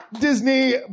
Disney